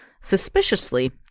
Suspiciously